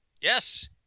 Yes